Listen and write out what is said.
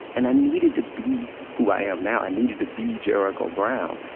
and i needed to be who i am now. i needed to be jericho brown,